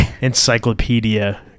encyclopedia